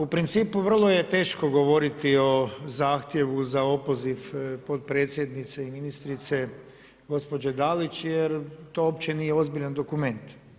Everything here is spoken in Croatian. U principu vrlo je teško govoriti o zahtjevu za opoziv potpredsjednice i ministrice gospođe Dalić jer to uopće nije ozbiljan dokument.